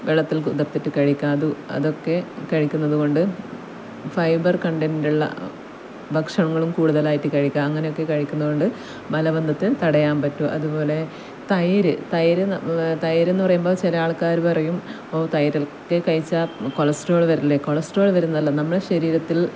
വെള്ളത്തിൽ കുതിർത്തിട്ട് കഴിക്കാം അത് അതൊക്കെ കഴിക്കുന്നത് കൊണ്ട് ഫൈബർ കണ്ടന്റ് ഉള്ള ഭക്ഷണങ്ങളും കൂടുതലായിട്ട് കഴിക്കുക അങ്ങനെയൊക്കെ കഴിക്കുന്നത് കൊണ്ട് മലബന്ധത്തെ തടയാൻ പറ്റും അതുപോലെ തൈര് തൈര് തൈര് എന്ന് പറയുമ്പോൾ ചില ആൾക്കാർ പറയും ഓ തൈര് ഒക്കെ കഴിച്ചാൽ കൊളസ്ട്രോള് വരില്ലേ കൊളസ്ട്രോള് വരുന്നതല്ലേ നമ്മുടെ ശരീരത്തിൽ